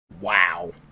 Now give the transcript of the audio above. Wow